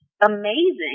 amazing